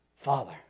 Father